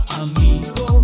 amigo